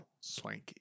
Swanky